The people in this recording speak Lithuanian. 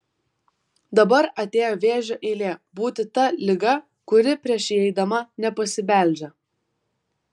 dabar atėjo vėžio eilė būti ta liga kuri prieš įeidama nepasibeldžia